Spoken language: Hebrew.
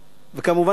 וכמובן אדוני